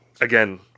again